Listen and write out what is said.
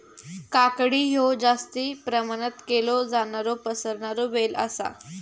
काकडी हयो जास्ती प्रमाणात केलो जाणारो पसरणारो वेल आसा